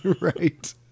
Right